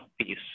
peace